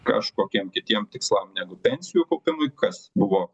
kažkokiem kitiem tikslam negu pensijų kaupimui kas buvo